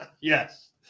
yes